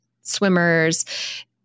swimmers